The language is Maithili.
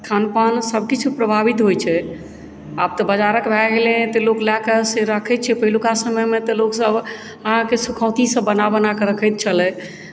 खानपान सबकिछु प्रभावित होइ छै आब तऽ बजारक भए गेलै तऽ लोक लए कऽ से राखै छै पहिलुका समयमे तऽ लोकसब आहाँके सुखौंती सब बना बना कऽ रखैत छलै